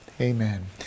amen